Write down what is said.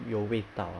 有味道啊